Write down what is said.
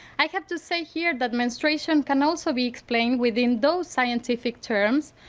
i have to say here that menstruation can also be explained within those scientific terms.